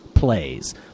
plays